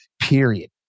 period